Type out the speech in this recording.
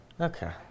Okay